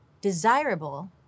desirable